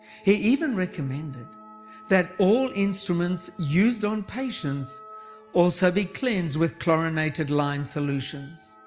he even recommended that all instruments used on patients also be cleansed with chlorinated-lime solutions.